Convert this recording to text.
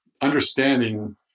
understanding